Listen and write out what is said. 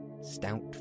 stout